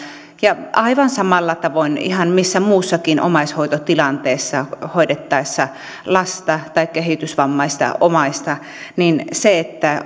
ja aivan samalla tavoin ihan missä tahansa muussakin omaishoitotilanteessa hoidettaessa lasta tai kehitysvammaista omaista niin että on tärkeää että